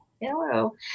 hello